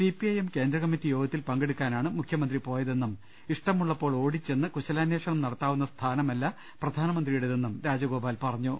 C P I M കേന്ദ്രകമ്മിറ്റി യോഗത്തിൽ പങ്കെടുക്കാനാണ് മുഖ്യമന്ത്രി പ്പോയതെന്നും ഇഷ്ടമുള്ളപ്പോൾ ഓടിച്ചെന്ന് കുശലാനേഷണം നടത്താവുന്ന സ്ഥാനമല്ല പ്രധാനമന്ത്രിയുടേതെന്നും രാജഗോപാൽ അഭിപ്രായപ്പെട്ടു